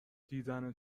دیدن